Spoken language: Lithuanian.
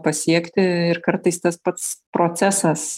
pasiekti ir kartais tas pats procesas